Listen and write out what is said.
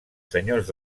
senyors